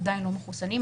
עדיין לא מחוסנים.